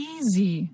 Easy